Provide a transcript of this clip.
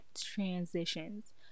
transitions